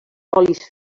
olis